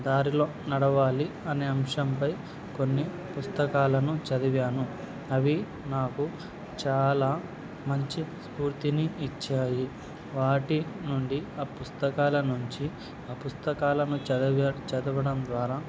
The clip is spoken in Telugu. దారిలో నడవాలి అనే అంశంపై కొన్ని పుస్తకాలను చదివాను అవి నాకు చాలా మంచి స్ఫూర్తిని ఇచ్చాయి వాటి నుండి ఆ పుస్తకాల నుంచి ఆ పుస్తకాలను చదివ చదవడం ద్వారా